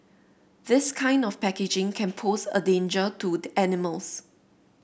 this kind of packaging can pose a danger to the animals